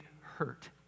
hurt